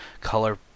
color